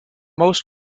most